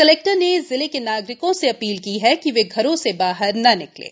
collector ने जिले के नागरिकों से अपील की है कि वे घरों से बाहर न निकलें